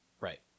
Right